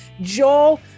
joel